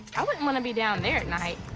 i wouldn't want to be down there at night.